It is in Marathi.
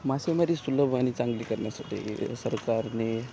मासेमारी सुलभ आणि चांगली करण्यासाठी सरकारने